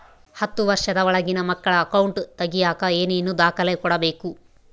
ಹತ್ತುವಷ೯ದ ಒಳಗಿನ ಮಕ್ಕಳ ಅಕೌಂಟ್ ತಗಿಯಾಕ ಏನೇನು ದಾಖಲೆ ಕೊಡಬೇಕು?